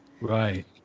Right